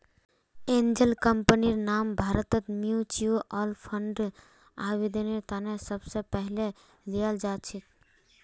angel कम्पनीर नाम भारतत म्युच्युअल फंडर आवेदनेर त न सबस पहले ल्याल जा छेक